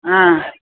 ह